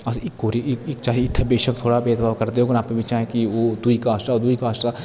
अस इक्को चाहे इत्थे बेशक थोह्ड़ा भेदभाव करदे औग आपे विच दुई कास्ट दा दुई कास्ट दा